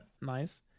Nice